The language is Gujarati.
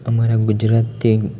અમારા ગુજરાતી